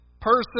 person